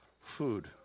food